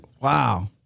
Wow